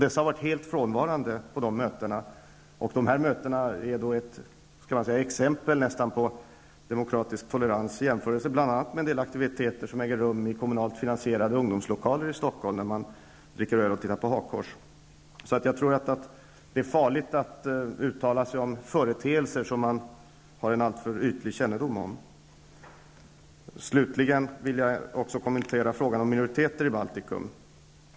Sådant var helt frånvarande på mötena, och dessa möten är nästan exempel på demokratisk tolerans i jämförelse med bl.a. en del aktiviteter som äger rum i kommunalt finansierade ungdomslokaler i Stockholm, där man dricker öl och tittar på hakkors. Så jag tror att det är farligt att uttala sig om företeelser som man har en alltför ytlig kännedom om. Slutligen vill jag också kommentera frågan om minoriteter i Baltikum.